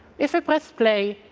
if i press play,